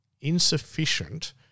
insufficient